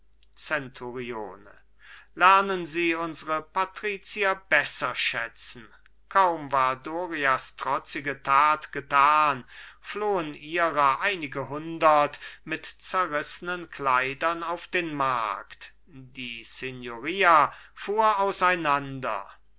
zenturione lernen sie unsere patrizier besser schätzen kaum war dorias trotzige tat getan flohen ihrer einige hundert mit zerrißnen kleidern auf den markt die signoria fuhr auseinander